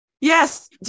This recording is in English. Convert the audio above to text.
Yes